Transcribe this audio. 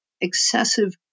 excessive